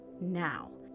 now